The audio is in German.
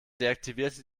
deaktivierte